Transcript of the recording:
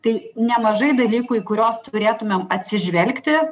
tai nemažai dalykų į kuriuos turėtumėm atsižvelgti